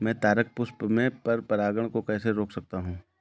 मैं तारक पुष्प में पर परागण को कैसे रोक सकता हूँ?